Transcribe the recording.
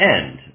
end